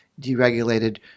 deregulated